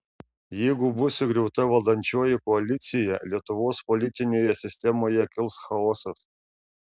jeigu bus sugriauta valdančioji koalicija lietuvos politinėje sistemoje kils chaosas